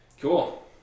Cool